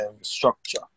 structure